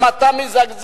אם אתה מזגזג,